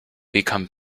become